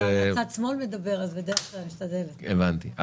המצב הקיים